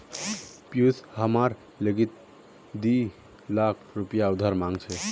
पियूष हमार लीगी दी लाख रुपया उधार मांग छ